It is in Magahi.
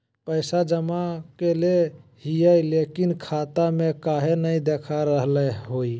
पैसा जमा कैले हिअई, लेकिन खाता में काहे नई देखा रहले हई?